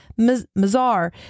Mazar